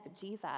Jesus